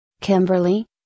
Kimberly